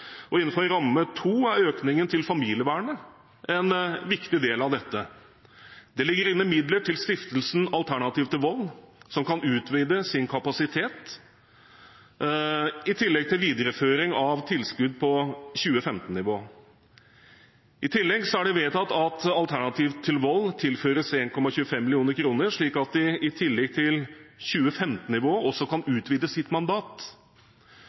og innenfor ramme 2 er økningen til familievernet en viktig del av dette. Det ligger inne midler til stiftelsen Alternativ til vold, som kan utvide sin kapasitet, i tillegg til videreføring av tilskudd på 2015-nivå. I tillegg er det vedtatt at Alternativ til vold tilføres 1,25 mill. kr, slik at de i tillegg til 2015-nivået også kan utvide sitt mandat.